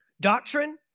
Doctrine